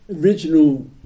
original